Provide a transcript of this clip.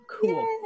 Cool